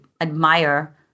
admire